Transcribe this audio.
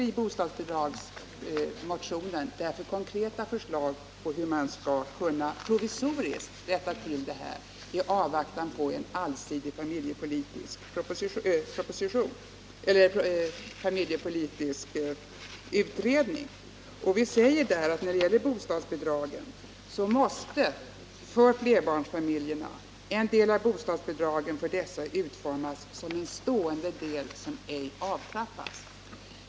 I bostadsbidragsmotionen har vi därför lagt fram konkreta förslag till hur man provisoriskt skall kunna rätta till detta i avvaktan på en allsidig familjepolitisk utredning. Vi säger där när det gäller bostadsbidragen för flerbarnsfamiljerna att en del av dessa måste utformas som en stående del som ej avtrappas.